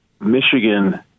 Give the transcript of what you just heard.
Michigan